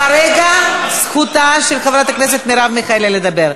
כרגע זכותה של חברת הכנסת מרב מיכאלי לדבר.